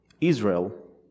Israel